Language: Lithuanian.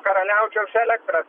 karaliaučiaus elektrą